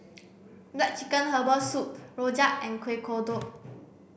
black chicken herbal soup Rojak and Kueh Kodok